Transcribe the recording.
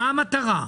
מה המטרה?